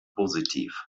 positiv